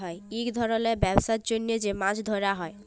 ইক ধরলের ব্যবসার জ্যনহ যে মাছ ধ্যরা হ্যয়